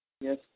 Yes